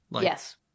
Yes